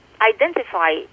identify